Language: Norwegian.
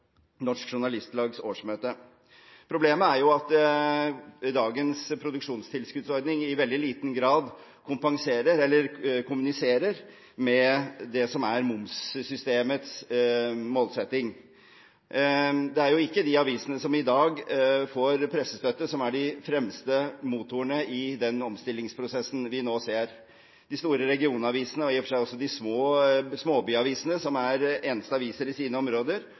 Problemet er at dagens produksjonstilskuddsordning i veldig liten grad kompenserer eller kommuniserer med det som er momssystemets målsetting. Det er jo ikke de avisene som i dag får pressestøtte, som er de fremste motorene i den omstillingsprosessen vi nå ser. De store regionavisene og i og for seg også de småbyavisene som er eneste aviser i sine områder,